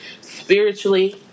spiritually